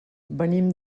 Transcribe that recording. venim